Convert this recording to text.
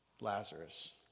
Lazarus